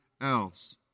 else